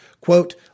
Quote